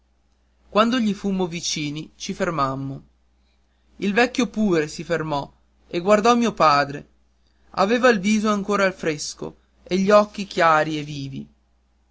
quando gli fummo vicini ci fermammo il vecchio pure si fermò e guardò mio padre aveva il viso ancora fresco e gli occhi chiari e vivi